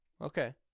okay